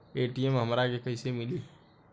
ATM हमरा के कइसे मिली?